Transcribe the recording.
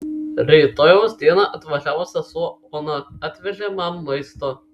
rytojaus dieną atvažiavo sesuo ona atvežė man maisto